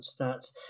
stats